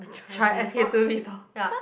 try S_K two ya